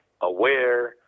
aware